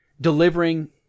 delivering